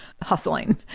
hustling